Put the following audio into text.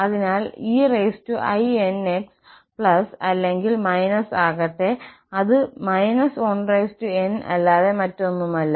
അതിനാൽ einx അല്ലെങ്കിൽ ആകട്ടെ അത് −1n അല്ലാതെ മറ്റൊന്നുമല്ല